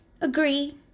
agree